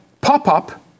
pop-up